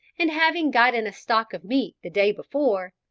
and having got in a stock of meat the day before,